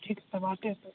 ठीक है तब आते हैं सर